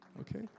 Okay